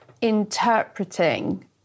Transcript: interpreting